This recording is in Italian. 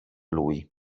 lui